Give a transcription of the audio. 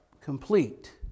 complete